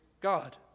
God